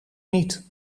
niet